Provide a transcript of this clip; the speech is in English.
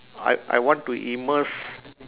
I I want to immerse